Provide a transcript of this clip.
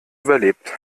überlebt